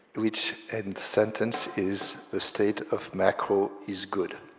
which and sentence is the state of macro is good.